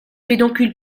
pédoncule